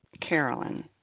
Carolyn